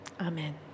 Amen